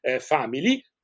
family